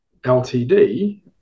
LTD